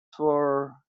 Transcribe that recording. for